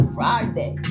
Friday